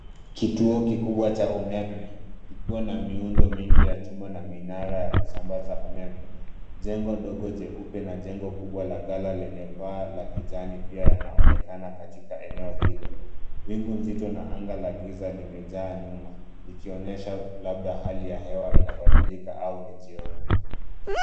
Kituo kikubwa cha umeme kikiwa na miundo mingi ya chuma na minara ya kusambaza umeme. Jengo dogo jeupe na jengo kubwa la gala lenye paa la kijani pia yanaonekana katika eneo hilo. Wingu nzito na anga la giza limejaa nyuma, likionyesha labda hali ya hewa inabadilika au ni jioni.